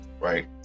right